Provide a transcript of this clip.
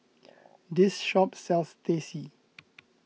this shop sells Teh C